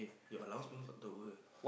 your allowance what got two hour